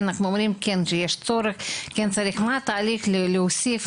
אנחנו אומרים שיש צורך, מה התהליך בהוספת